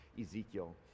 Ezekiel